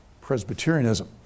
Presbyterianism